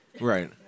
Right